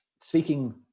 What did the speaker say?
Speaking